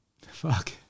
Fuck